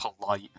polite